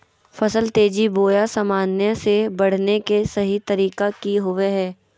फसल तेजी बोया सामान्य से बढने के सहि तरीका कि होवय हैय?